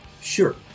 sure